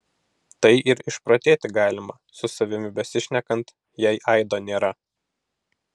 tai ir išprotėti galima su savimi besišnekant jei aido nėra